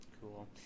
Cool